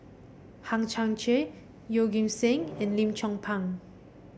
Hang Chang Chieh Yeoh Ghim Seng and Lim Chong Pang